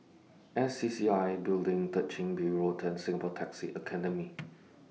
S C C C I Building Third Chin Bee Road and Singapore Taxi Academy